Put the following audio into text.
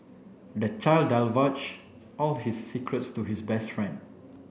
the child divulged all his secrets to his best friend